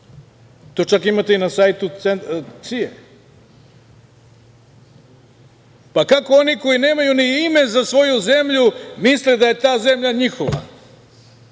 To čak imate i na sajtu CIA. Kako oni koji nemaju ni ime za svoju zemlju misle da je ta zemlja njihova,